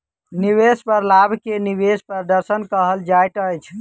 निवेश पर लाभ के निवेश प्रदर्शन कहल जाइत अछि